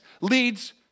leads